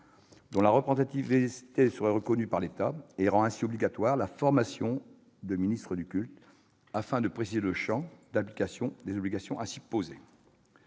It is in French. dont la représentativité serait reconnue par l'État. Elle rend ainsi obligatoire la formation des ministres des cultes, afin de préciser le champ d'application des obligations ainsi posées.